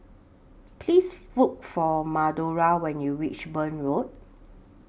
Please Look For Madora when YOU REACH Burn Road